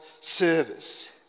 service